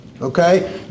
Okay